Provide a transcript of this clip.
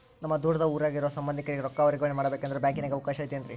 ನಮ್ಮ ದೂರದ ಊರಾಗ ಇರೋ ಸಂಬಂಧಿಕರಿಗೆ ರೊಕ್ಕ ವರ್ಗಾವಣೆ ಮಾಡಬೇಕೆಂದರೆ ಬ್ಯಾಂಕಿನಾಗೆ ಅವಕಾಶ ಐತೇನ್ರಿ?